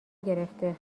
گرفته